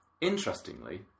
interestingly